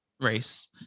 race